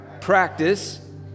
practice